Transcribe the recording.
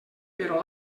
però